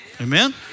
Amen